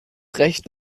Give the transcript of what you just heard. recht